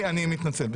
אני מתנצל,